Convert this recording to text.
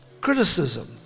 criticism